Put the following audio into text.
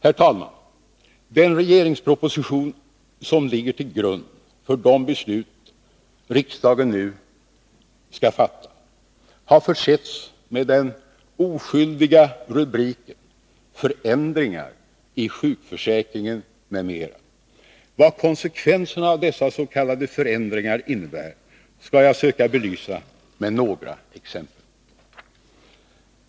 Herr talman! Den regeringsproposition som ligger till grund för de beslut riksdagen nu skall fatta har försetts med den oskyldiga rubriken Ändringar i sjukförsäkringen m.m. Vad konsekvenserna av dessa s.k. förändringar innebär skall jag söka belysa med några exempel.